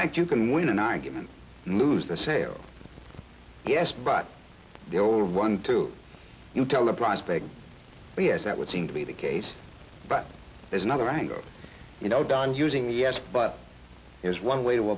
fact you can win an argument and lose the sales yes but the old one to you tell a prospect yes that would seem to be the case but there's another angle you know don using yes but here's one way to